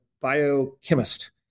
biochemist